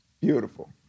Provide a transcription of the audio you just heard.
Beautiful